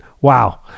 wow